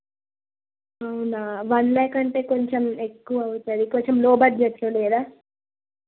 అవునా వన్ ల్యాక్ అంటే కొంచం ఎక్కువ అవుతుంది కొంచం లో బడ్జెట్లో లేదా